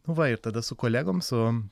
nu va ir tada su kolegom su